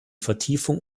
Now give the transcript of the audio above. vertiefung